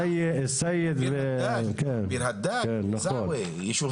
סעווה, כן, כן, נכון.